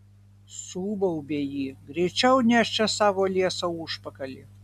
subaubė ji greičiau nešk čia savo liesą užpakalį